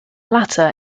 latter